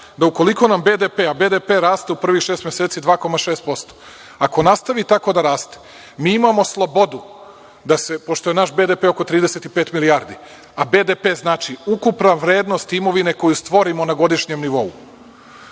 da ukoliko nam BDP, a BDP raste u prvih šest meseci 2,6%, ako nastavi tako da raste, mi imamo slobodu da se, pošto je naš BDP oko 35 milijardi, a BDP znači ukupna vrednost imovine koju stvorimo na godišnjem nivou.